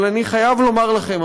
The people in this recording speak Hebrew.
אבל אני חייב לומר לכם,